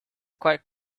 quite